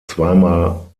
zweimal